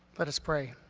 let us pray.